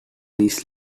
this